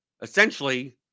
essentially